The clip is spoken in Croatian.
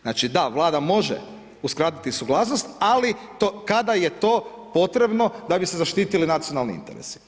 Znači, da, Vlada može uskratiti suglasnost, ali kada je to potrebno da bi se zaštitili nacionalni interesi.